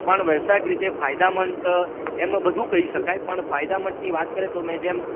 પણ વ્યવસાયીક રીતે ફાયદામંદ એમ બધું કહી શકાય પણ ફાયદામંદની વાત કરીએ તો મેં જેમ